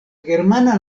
germana